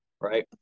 right